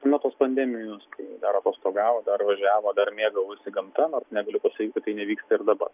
nuo tos pandemijos kai dar atostogavo dar važiavo dar mėgavosi gamta nors negaliu pasakyt kad tai nevyksta ir dabar